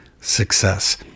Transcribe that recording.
success